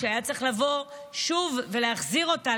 כשהיה צריך לבוא שוב ולהחזיר אותה,